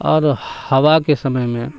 اور ہوا کے سمے میں